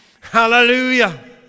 Hallelujah